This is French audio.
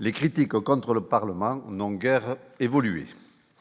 les critiques contre le Parlement n'ont guère évolué,